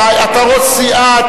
אתה ראש סיעה,